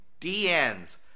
DNs